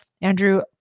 Andrew